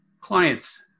clients